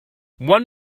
one